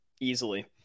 easily